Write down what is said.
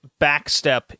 backstep